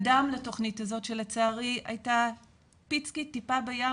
קדם לתוכנית הזאת, שלצערי הייתה פיצית, טיפה בים.